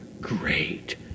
great